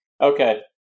Okay